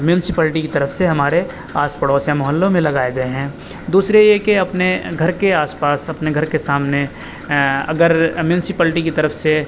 municipality کی طرف سے ہمارے آس پڑوس یا محلوں میں لگائے گئے ہیں دوسرے یہ کہ اپنے گھر کے آس پاس اپنے گھر کے سامنے اگر میونسپلٹی کی طرف سے